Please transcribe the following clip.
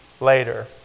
later